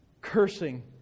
cursing